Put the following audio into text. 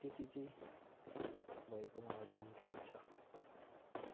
त्यत्ति चाहिँ भएको मलाई जानकारी छ